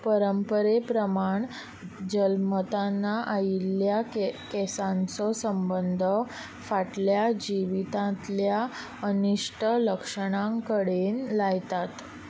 परंपरे प्रमाण जल्मताना आयिल्ल्या केंसांचो संबंद फाटल्या जिवितांतल्या अनिश्ट लक्षणां कडेन लायतात